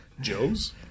joes